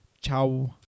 Ciao